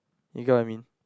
you get what I mean